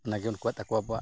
ᱚᱱᱟᱜᱮ ᱩᱱᱠᱩᱣᱟᱜ ᱛᱟᱠᱚ ᱟᱵᱚᱣᱟᱜ